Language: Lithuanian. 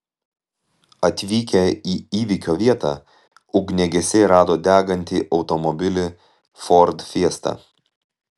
atvykę į įvykio vietą ugniagesiai rado degantį automobilį ford fiesta